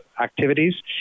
activities